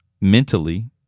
mentally